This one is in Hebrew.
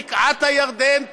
בקעת הירדן,